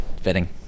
fitting